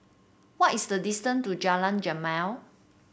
what is the distance to Jalan Jamal